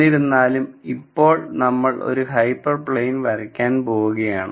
എന്നിരുന്നാലും ഇപ്പോൾ നമ്മൾ ഒരു ഹൈപ്പർ പ്ലെയിൻ വരയ്ക്കാൻ പോവുകയാണ്